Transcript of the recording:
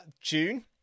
june